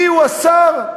מיהו השר,